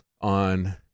on